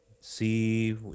see